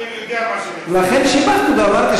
אני יודע מה --- לכן שיבחתי ואמרתי